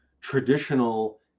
traditional